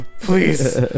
please